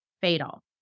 fatal